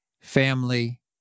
family